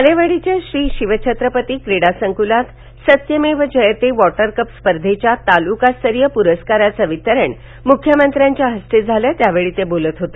बालेवाडीच्या श्री शिवछत्रपती क्रीडा संकुलात सत्यमेव जयते वॉटरकप स्पर्धेच्या तालुकास्तरीय पुरस्कारांचं वितरण मुख्यमंत्र्यांच्या हस्ते झालं त्यावेळी ते बोलत होते